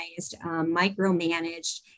micromanaged